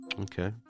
Okay